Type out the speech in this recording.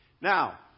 Now